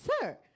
Sir